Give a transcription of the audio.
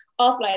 offline